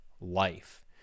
life